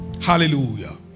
Hallelujah